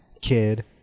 kid